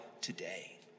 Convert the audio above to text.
today